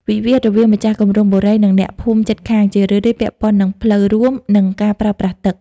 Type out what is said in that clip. វិវាទរវាងម្ចាស់គម្រោងបុរី និងអ្នកភូមិជិតខាង ជារឿយៗពាក់ព័ន្ធនឹងផ្លូវរួម និងការប្រើប្រាស់ទឹក។